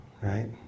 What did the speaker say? right